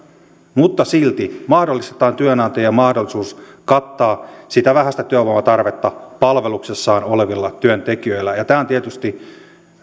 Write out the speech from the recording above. mutta silti taataan työnantajan mahdollisuus kattaa sitä vähäistä työvoimatarvetta palveluksessaan olevilla työntekijöillä ja ja tämä on tietysti